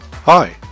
Hi